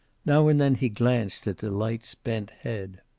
now and then he glanced at delight's bent head.